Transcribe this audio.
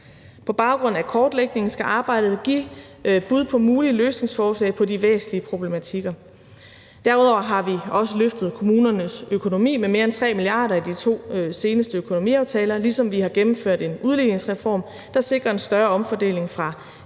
På baggrund af kortlægningen skal arbejdet give bud på mulige løsningsforslag på de væsentlige problematikker. Kl. 19:05 Derudover har vi også løftet kommunernes økonomi med mere end 3 mia. kr. i de to seneste økonomiaftaler, ligesom vi har gennemført en udligningsreform, der sikrer en større omfordeling fra de